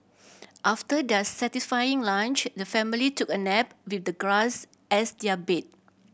after their satisfying lunch the family took a nap with the grass as their bed